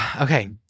okay